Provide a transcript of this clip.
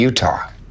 Utah